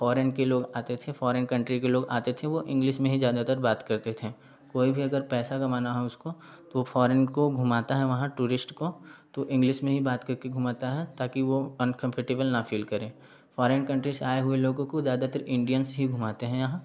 foreign के लोग आते थे फ़ॉरेन कंट्री के लोग आते थे वो इंग्लिस में ही ज़्यादातर बात करते थे कोई भी अगर पैसा कमाना हो उसको तो वो फ़ॉरेन को घूमाता है वहाँ टूरिस्ट को तो इंग्लिस में ही बात करके घूमता है ताकि वह अनकंफर्टेबल न फ़ील करे फ़ॉरेन कंट्री से आए हुए लोगों को ज़्यादातर इंडियंस ही घूमाते हैं यहाँ